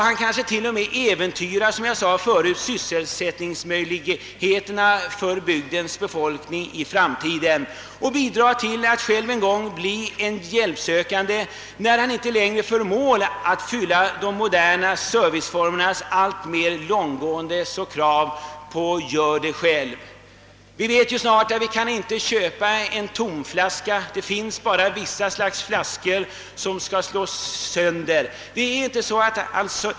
Han kanske till och med, som jag förut sade, äventyrar sysselsättningsmöjligheterna för bygdens befolkning i framtiden och bidrar till att själv en gång bli en hjälpsökande, när han inte längre förmår fylla de moderna serviceformernas alltmer långtgående krav på »gör det själv».